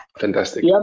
Fantastic